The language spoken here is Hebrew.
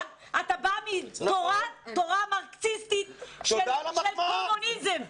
אתה בא מתורה מרקסיסטית של קומוניזם.